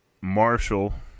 Marshall –